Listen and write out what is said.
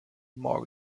morgan